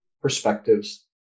perspectives